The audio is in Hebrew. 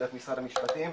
דרך משרד המשפטים,